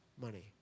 money